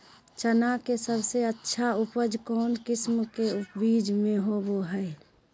चना के सबसे अच्छा उपज कौन किस्म के बीच में होबो हय?